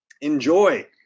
enjoy